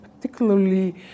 particularly